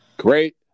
Great